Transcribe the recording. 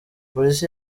polisi